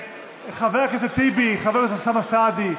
חבר הכנסת טיבי, חבר הכנסת אוסאמה סעדי.